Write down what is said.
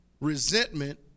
resentment